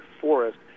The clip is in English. forest